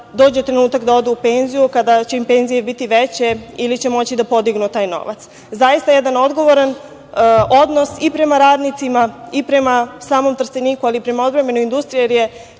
dođe trenutak da odu u penziju, kada će im penzije biti veće ili će moći da podignu taj novac. Zaista, jedan odgovoran odnos i prema radnicima i prema samom Trsteniku, ali i prema odbrambenoj industriji,